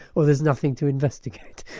or there's nothing to investigate.